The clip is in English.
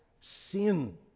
sin